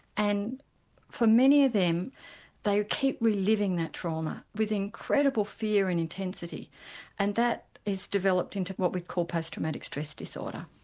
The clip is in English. and for many of them they keep reliving that trauma with incredible fear and intensity and that has developed into what we call post traumatic stress disorder.